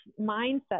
mindset